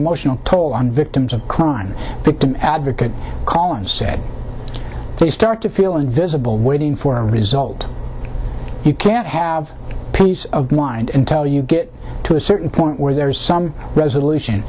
emotional toll on victims of crime victim advocate collins said they start to feel invisible waiting for a result you can't have peace of mind and tell you get to a certain point where there is some resolution